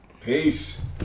Peace